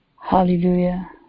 hallelujah